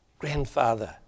grandfather